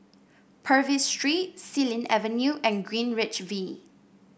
Purvis Street Xilin Avenue and Greenwich V